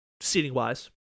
Seating-wise